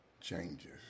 changes